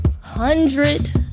hundred